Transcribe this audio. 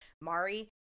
Mari